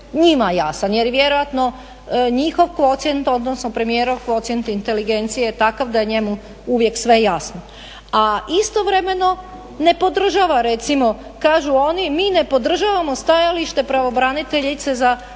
njima jasan, jer vjerojatno njihov kvocijent, odnosno premijerov kvocijent inteligencije je takav da je njemu uvijek sve jasno. A istovremeno ne podržava recimo, kažu oni mi ne podržavamo stajalište pravobraniteljice za